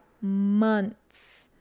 months